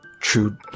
true